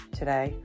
today